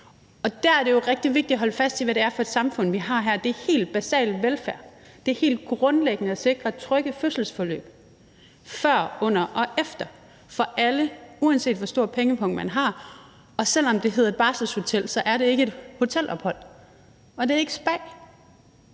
Og der er det jo rigtig vigtigt at holde fast i, hvad det er for et samfund, vi har her, at det er helt basal velfærd, at det er helt grundlæggende at sikre trygge fødslesforløb før, under og efter for alle, uanset hvor stor en pengepung man har. Og selv om det hedder et barselshotel, er det ikke et hotelophold, og det er ikke spa,